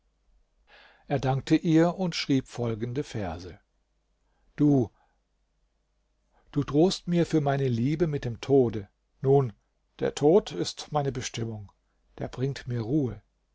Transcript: er dankte ihr und schrieb folgende verse du drohst mir für meine liebe mit dem tode nun der tod ist meine bestimmung der bringt mir ruhe